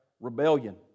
Rebellion